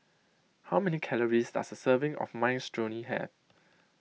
how many calories does a serving of Minestrone have